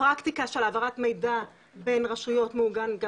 הפרקטיקה של העברת מידע בין רשויות מעוגנת גם